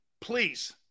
Please